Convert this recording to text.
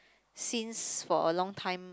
since for a long time